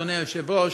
אדוני היושב-ראש,